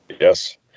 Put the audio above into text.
Yes